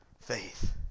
faith